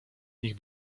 nich